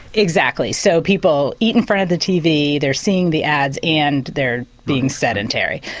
exactly, so people eat in front of the tv, they are seeing the ads and they are being sedentary.